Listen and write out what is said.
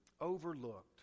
Overlooked